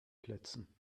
plätzen